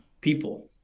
people